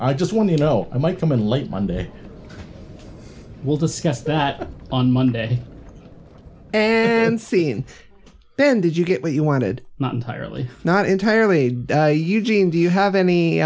i just want to know i might come in late one day we'll discuss that on monday and see him then did you get what you wanted not entirely not entirely a huge team do you have any